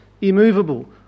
immovable